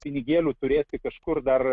pinigėlių turėti kažkur dar